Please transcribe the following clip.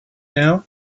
now